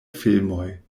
filmoj